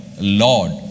Lord